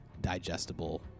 digestible